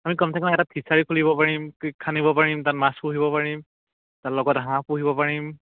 আমি কমচেকম এটা ফিচাৰী খুলিব পাৰিম খান্দিব পাৰিম তাত মাছ পুহিব পাৰিম তাত লগত হাঁহ পুহিব পাৰিম